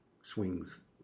swings